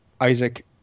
Isaac